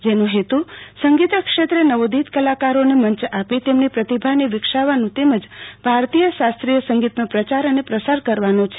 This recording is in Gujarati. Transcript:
જેનો હેતુ સંગીત ક્ષેત્રે નવોદિત કલાકારોને મંચ આપી તેમની પ્રતિભાને વિકસાવવાનું તેમજ ભારતીય શાસ્ત્રીય સંગીતનો પ્રયાર અને પ્રસાર કરવાનો છે